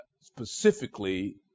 specifically